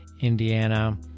Indiana